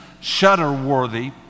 shudder-worthy